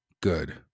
good